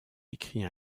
écrit